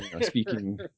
speaking